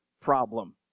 problem